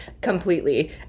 completely